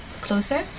closer